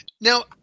now